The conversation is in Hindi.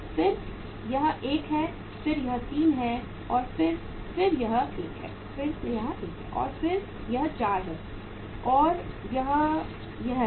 फिर यह 1 है फिर यह 3 है फिर यह फिर से यह 1 है और फिर यह 4 है और यह यह है